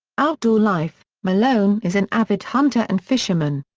outdoor life malone is an avid hunter and fisherman.